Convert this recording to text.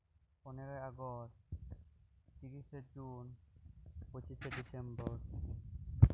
ᱯᱚᱱᱨᱚᱭ ᱟᱜᱚᱥᱴ ᱛᱤᱨᱤᱥᱟ ᱡᱩᱱ ᱯᱚᱸᱪᱤᱥᱟ ᱰᱤᱥᱢᱵᱚᱨ